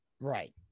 Right